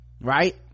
right